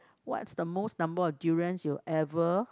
what's the most number of durians you ever